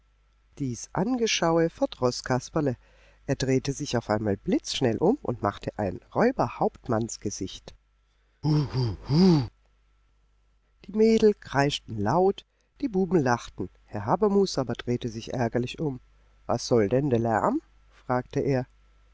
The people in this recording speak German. dies angeschaue verdroß kasperle er drehte sich auf einmal blitzschnell um und machte sein räuberhauptmanngesicht huhuhu die mädel kreischten laut die buben lachten herr habermus aber drehte sich ärgerlich um was soll denn der lärm fragte er